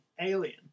Alien